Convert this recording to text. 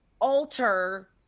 alter